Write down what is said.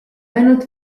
ainult